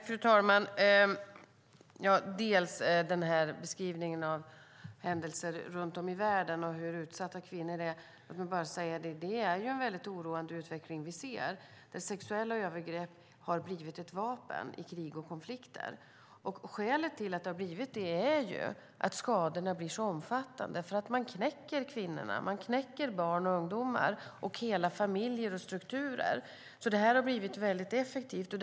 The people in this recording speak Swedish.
Fru talman! Med anledning av beskrivningen av händelser runt om i världen och hur utsatta kvinnorna är vill jag bara säga att det är en mycket oroande utveckling. Sexuella övergrepp har blivit ett vapen i krig och konflikter. Skälet till att det har blivit så är att skadorna då blir väldigt omfattande. Man knäcker kvinnorna, man knäcker barn och ungdomar, hela familjer och strukturer. Det här har blivit ett effektivt vapen.